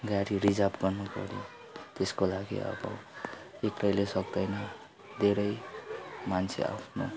गाडी रिजर्भ गर्नुपऱ्यो त्यसको लागि अब एक्लैले सक्तैन धेरै मान्छे आफ्नो